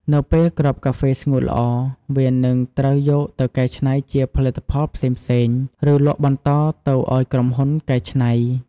នៅពេលគ្រាប់កាហ្វេស្ងួតល្អ វានឹងត្រូវយកទៅកែច្នៃជាផលិតផលផ្សេងៗ ឬលក់បន្តទៅឱ្យក្រុមហ៊ុនកែច្នៃ។